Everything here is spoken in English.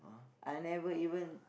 I never even